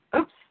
oops